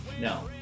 no